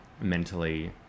mentally